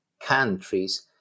countries